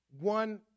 one